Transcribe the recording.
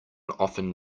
often